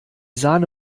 sahne